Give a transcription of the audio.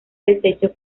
deshecho